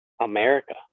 America